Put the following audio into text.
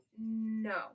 no